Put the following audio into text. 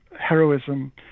heroism